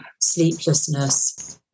sleeplessness